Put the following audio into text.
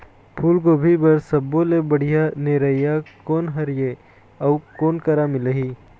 फूलगोभी बर सब्बो ले बढ़िया निरैया कोन हर ये अउ कोन करा मिलही?